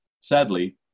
sadly